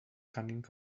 cunning